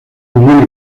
unión